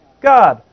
God